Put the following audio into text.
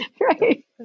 Right